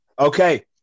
Okay